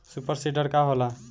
Super seeder का होला?